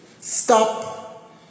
stop